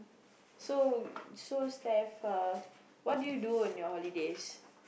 so so Steph uh what do you do in your holidays